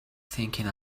thinking